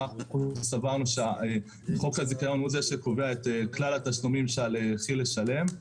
ואנחנו סברנו שחוק הזיכיון הוא זה שקובע את כלל התשלומים שעל כי"ל לשלם,